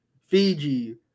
Fiji